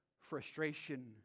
frustration